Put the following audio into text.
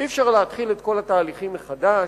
אי-אפשר להתחיל את כל התהליכים מחדש.